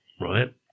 Right